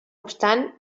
obstant